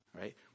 right